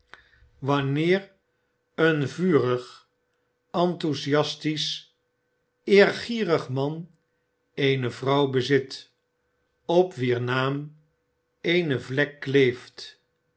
wanneer een vurig enthusiastisch eergierig man eene vrouw bezit op wier naam eene vlek kleeft